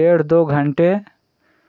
डेढ़ दो घंटे